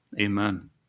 Amen